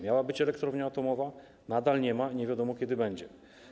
Miała być elektrownia atomowa, nadal nie ma i nie wiadomo, kiedy będzie.